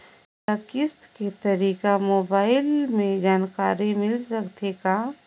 मोला किस्त के तारिक मोबाइल मे जानकारी मिल सकथे का?